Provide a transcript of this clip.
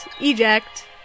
Eject